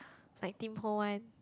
like Tim-Ho-Wan